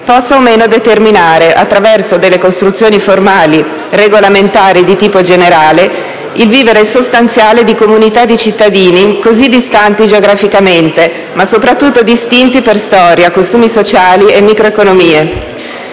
possa determinare, attraverso delle costruzioni formali e regolamentari di tipo generale, il vivere sostanziale di comunità di cittadini così distanti geograficamente, ma soprattutto distinti per storia, costumi sociali e microeconomie.